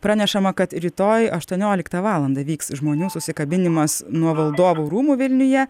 pranešama kad rytoj aštuonioliktą valandą vyks žmonių susikabinimas nuo valdovų rūmų vilniuje